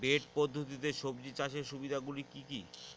Bed পদ্ধতিতে সবজি চাষের সুবিধাগুলি কি কি?